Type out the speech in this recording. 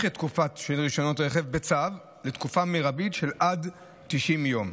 את תוקפם של רישיונות רכב בצו לתקופה מרבית של עד 90 יום.